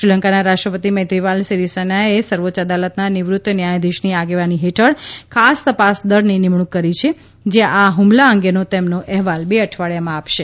શ્રીલંકાના રાષ્ટ્રપતિ મૈત્રીપાલા સીરીસેનાએ સર્વોચ્ચ અદાલતનાં નિવૃત્ત ન્યાયાધીશની આગેવાની હેઠળ ખાસ તપાસ દળની નિમણૂક કરી છે જે આ હુમલા અંગેનો તમનો અહેવાલ બે અઠવાડિયામાં આપશે